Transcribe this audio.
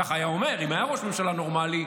ככה היה אומר אם היה ראש ממשלה נורמלי,